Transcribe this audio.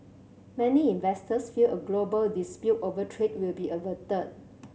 many investors feel a global dispute over trade will be averted